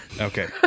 Okay